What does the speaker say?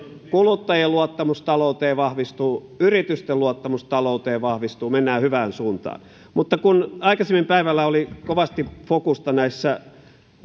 kuluttajien luottamus talouteen vahvistuu yritysten luottamus talouteen vahvistuu mennään hyvään suuntaan mutta kun aikaisemmin päivällä oli kovasti fokusta näissä